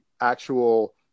actual